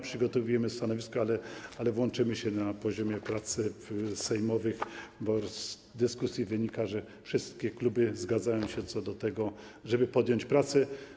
Przygotowujemy stanowisko, ale włączymy się do tego na poziomie prac sejmowych, bo z dyskusji wynika, że wszystkie kluby zgadzają się co do tego, żeby podjąć prace.